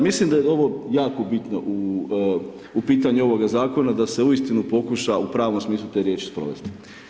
Mislim da je ovo jako bitno u pitanju ovoga zakona, da se uistinu pokuša u pravom smislu te riječi sprovesti.